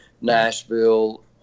Nashville